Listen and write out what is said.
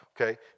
okay